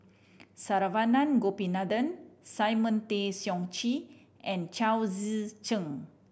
Saravanan Gopinathan Simon Tay Seong Chee and Chao Tzee Cheng